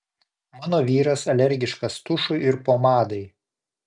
mano vyras alergiškas tušui ir pomadai